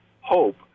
hope